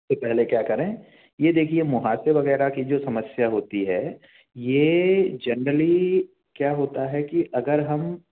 से पहले क्या करें यह देखिए मुहासे वगैरह की जो समस्या होती है यह जनरली क्या होता है कि अगर हम